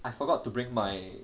I forgot to bring my